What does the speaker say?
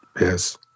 Yes